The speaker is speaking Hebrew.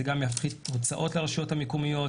זה גם יפחית הוצאות לרשויות המקומיות,